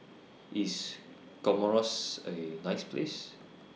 IS Comoros A nice Place